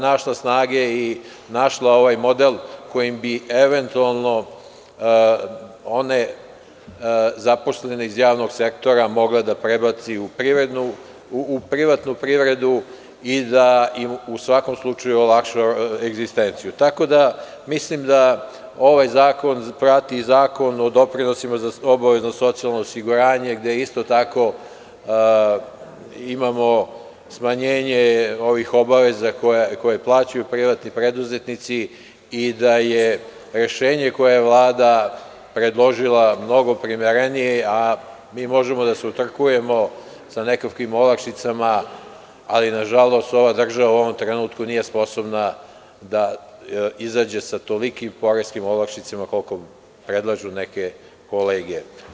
našla snage i našla ovaj model koji bi eventualno one zaposlene iz javnog sektora mogla da prebaci u privatnu privredu i da im u svakom slučaju olakša egzistenciju, tako da mislim da ovaj zakon prati Zakon o doprinosima za obavezno socijalno osiguranje, gde isto tako imamo smanjenje ovih obaveza, koje plaćaju privatni preduzetnici i da je rešenje koje je Vlada predložila mnogo primerenije, a mi možemo da se utrkujemo sa nekakvim olakšicama, ali na žalost ova država u ovom trenutku nije sposobna da izađe sa tolikim poreskim olakšicama, koliko predlažu neke kolege.